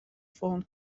phone